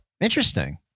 interesting